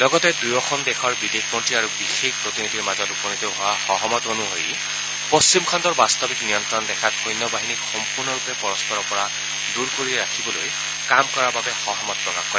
লগতে দুয়োখন দেশৰ বিদেশ মন্ত্ৰী আৰু বিশেষ প্ৰতিনিধিৰ মাজত উপনীত হোৱা সহমত অনুসৰি পশ্চিমৰ খণ্ডৰ বাস্তৱিক নিয়ন্ত্ৰণ ৰেখাত সৈন্য বাহিনীক সম্পূৰ্ণৰূপে পৰস্পৰৰ পৰা দূৰ কৰি ৰাখিবলৈ কাম কৰাৰ বাবে সহমত প্ৰকাশ কৰে